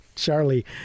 charlie